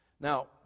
Now